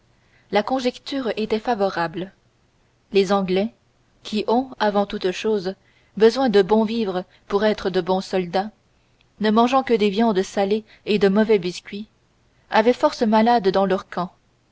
la conjoncture était favorable les anglais qui ont avant toute chose besoin de bons vivres pour être de bons soldats ne mangeant que des viandes salées et de mauvais biscuits avaient force malades dans leur camp